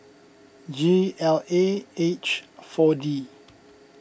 G L A H four D